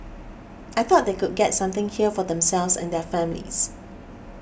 I thought they could get something here for themselves and their families